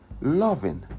loving